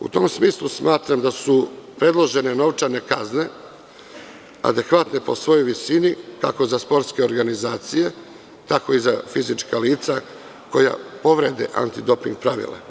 U tom smislu smatram da su predložene novčane kazne adekvatne po svojoj visini, kako za sportske organizacije, tako i za fizička lica koja povrede anti doping pravila.